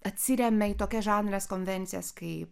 atsiremia į tokias žanrines konvencijas kaip